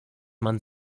man